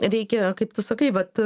reikia kaip tu sakai vat